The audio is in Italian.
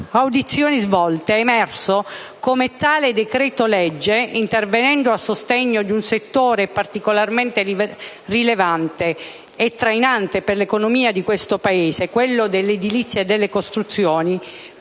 audizioni svolte è emerso come tale decreto-legge, intervenendo a sostegno di un settore particolarmente rilevante e trainante per l'economia di questo Paese, quello dell'edilizia e delle costruzioni,